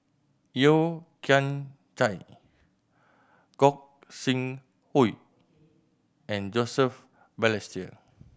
Yeo Kian Chai Gog Sing Hooi and Joseph Balestier